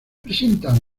presentan